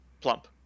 Plump